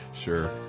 Sure